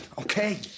okay